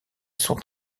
sont